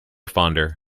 fonder